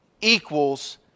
equals